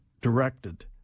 directed